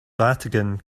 vatican